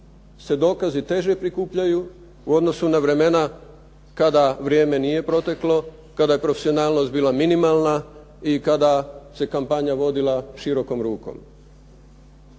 se dokazi teže prikupljaju u odnosu na vremena kada vrijeme nije proteklo, kada je profesionalnost bila minimalna i kada se kampanja vodila širokom rukom.